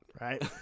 right